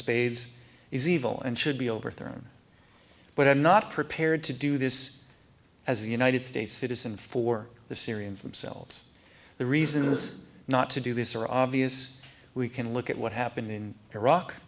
spades is evil and should be overthrown but i'm not prepared to do this as the united states citizen for the syrians themselves the reason is not to do this are obvious we can look at what happened in iraq